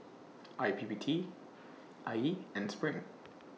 I P P T I E and SPRING